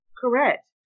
Correct